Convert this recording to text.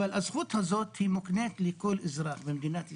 אבל הזכות הזאת מוקנית לכל אזרח במדינת ישראל,